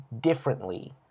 differently